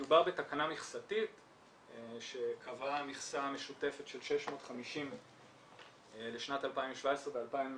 מדובר בתקנה מכסתית שקבעה מכסה משותפת של 650 לשנת 2017 ו-2018,